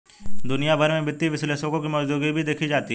दुनिया भर में वित्तीय विश्लेषकों की मौजूदगी भी देखी जाती है